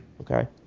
Okay